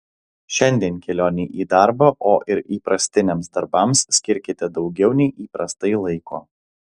šiandien kelionei į darbą o ir įprastiniams darbams skirkite daugiau nei įprastai laiko